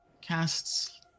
casts